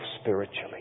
spiritually